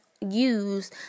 use